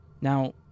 Now